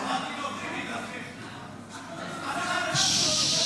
אדוני היושב-ראש, חבריי השרים,